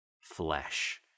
flesh